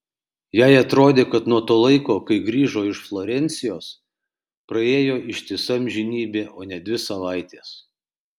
jai atrodė kad nuo to laiko kai grįžo iš florencijos praėjo ištisa amžinybė o ne dvi savaitės